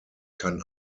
kann